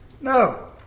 No